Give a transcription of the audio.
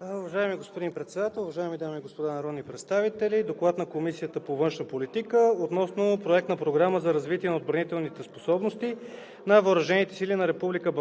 Уважаеми господин Председател, уважаеми дами и господа народни представители! „ДОКЛАД на Комисията по външна политика относно Проект на програма за развитие на отбранителните способности на въоръжените сили на Република